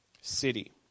city